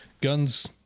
Guns